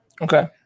Okay